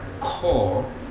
call